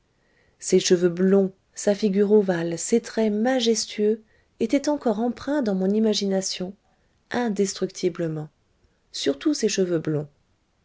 ses cheveux blonds sa figure ovale ses traits majestueux étaient encore empreints dans mon imagination indestructiblement surtout ses cheveux blonds